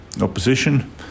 opposition